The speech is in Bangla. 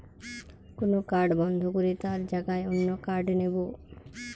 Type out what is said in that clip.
কোন কার্ড বন্ধ করে তার জাগায় অন্য কার্ড নেব